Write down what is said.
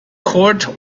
court